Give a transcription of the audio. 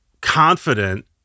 confident